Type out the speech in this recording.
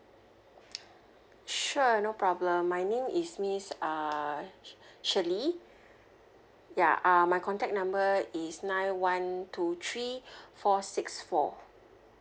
sure no problem my name is miss uh S H I R L E Y ya uh my contact number is nine one two three four six four